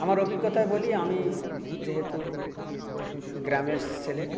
আমার অভিজ্ঞতা বলি আমি যেহেতু গ্রামের সেলে